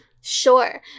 Sure